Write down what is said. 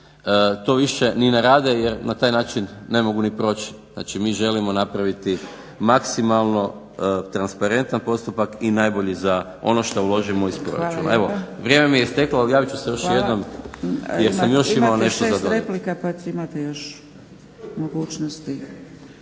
to više ni ne rade jer na taj način ne mogu ni proći. Znači, mi želimo napraviti maksimalno transparentan postupak i najbolji za ono što uložimo iz proračuna. Evo, vrijeme mi je isteklo ali javit ću se još jednom jer sam još imao nešto za dodati.